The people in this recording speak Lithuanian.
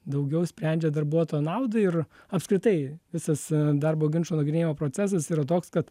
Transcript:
daugiau sprendžia darbuotojo naudai ir apskritai visas darbo ginčų nagrinėjimo procesas yra toks kad